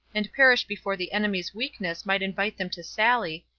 and perish before the enemy's weakness might invite them to sally,